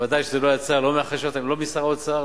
ודאי שזה לא יצא לא משר האוצר,